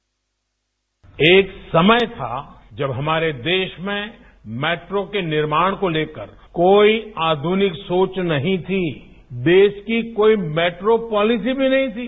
bite एक समय था जब हमारे देश में मेट्रो के निर्माण को लेकर कोई आध्निक सोच नहीं थी देश की कोई मेट्रो पॉलिसी भी नहीं थी